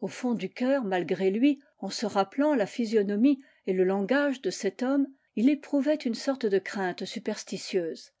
au fond du cœur malgré lui en se rappelant la physionomie et le langage de cet homme il éprouvait une sorte de crainte superstitieuse